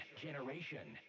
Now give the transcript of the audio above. generation